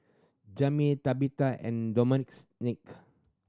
Jami Tabetha and Nick